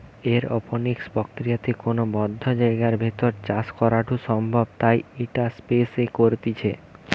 aeroponics প্রক্রিয়াতে কোনো বদ্ধ জায়গার ভেতর চাষ করাঢু সম্ভব তাই ইটা স্পেস এ করতিছে